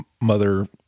mother